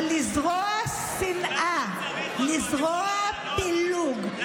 אבל לזרוע שנאה, לזרוע פילוג,